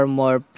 more